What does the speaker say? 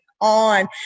on